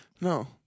No